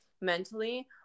mentally